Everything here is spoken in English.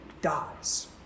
dies